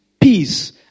peace